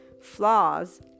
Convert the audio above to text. flaws